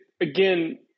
again